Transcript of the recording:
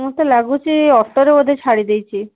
ମୋତେ ଲାଗୁଛି ଅଟୋରେ ବୋଧେ ଛାଡ଼ିଦେଇଛି